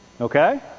Okay